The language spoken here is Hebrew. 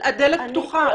הדלת פתוחה.